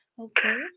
Okay